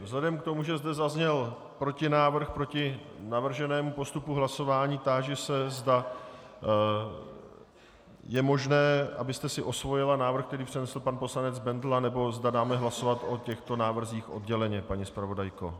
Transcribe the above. Vzhledem k tomu, že zde zazněl protinávrh proti navrženému postupu hlasování, táži se, zda je možné, abyste si osvojila návrh, který přednesl pan poslanec Bendl, anebo zda dáme hlasovat o těchto návrzích odděleně, paní zpravodajko.